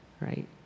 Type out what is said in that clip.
right